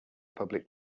public